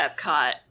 Epcot